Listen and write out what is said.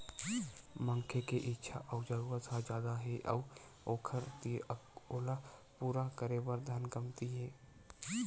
मनखे के इच्छा अउ जरूरत ह जादा हे अउ ओखर तीर ओला पूरा करे बर धन कमती हे